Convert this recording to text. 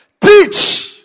Teach